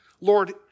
Lord